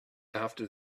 after